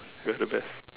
we are the best